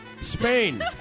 Spain